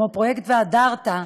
כמו פרויקט והדרתָ,